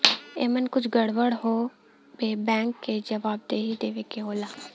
एमन कुछ गड़बड़ होए पे बैंक के जवाबदेही देवे के होला